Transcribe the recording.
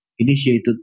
initiated